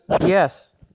Yes